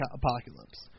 apocalypse